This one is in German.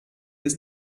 ist